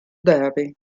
derby